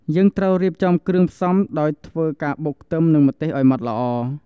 យើងត្រូវរៀបចំគ្រឿងផ្សំដោយធ្វើការបុកខ្ទឹមនឹងម្ទេសឲ្យម៉ដ្ឋល្អ ។